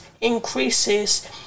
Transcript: increases